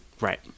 Right